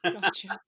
gotcha